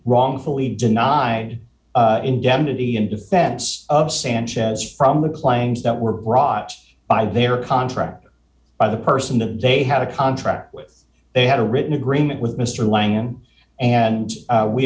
wrongfully denied indemnity in defense of sanchez from the claims that were brought by their contract by the person that they had a contract with they had a written agreement with mr lang and